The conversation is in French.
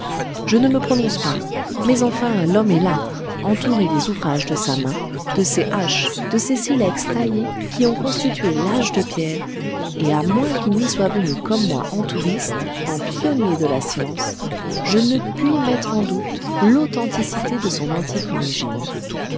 je ne me prononce pas mais enfin l'homme est là entouré des ouvrages de sa main de ces haches de ces silex taillés qui ont constitué l'âge de pierre et à moins qu'il n'y soit venu comme moi en touriste en pionnier de la science je ne puis mettre en doute l'authenticité de son antique origine